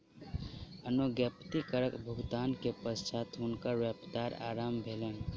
अनुज्ञप्ति करक भुगतान के पश्चात हुनकर व्यापार आरम्भ भेलैन